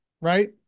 right